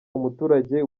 umuturage